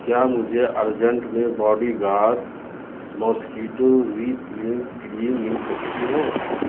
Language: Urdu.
کیا مجھے ارجنٹ میں body guard mosquito repellent cream مل سکتی ہے